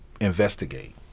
investigate